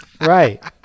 Right